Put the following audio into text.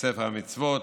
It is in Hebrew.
וספר המצוות,